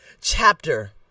chapter